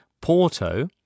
Porto